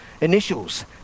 initials